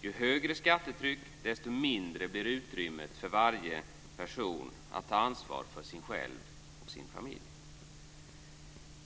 Ju högre skattetryck desto mindre blir utrymmet för varje person att ta ansvar för sig själv och sin familj.